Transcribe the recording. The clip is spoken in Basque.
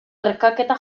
erkaketa